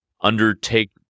undertake